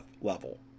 level